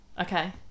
Okay